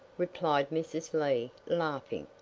replied mrs. lee, laughing.